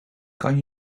kan